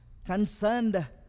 concerned